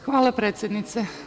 Hvala, predsednice.